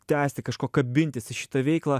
tęsti kažko kabintis į šitą veiklą